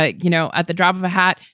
like you know, at the drop of a hat.